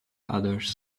others